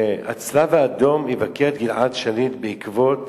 שהצלב-האדום יבקר את גלעד שליט בעקבות